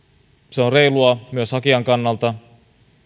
se on reilua myös hakijan kannalta